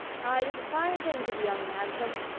ay, it is a fine thing to be young and handsome.